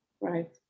right